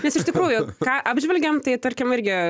nes iš tikrųjų ką apžvelgėm tai tarkim irgi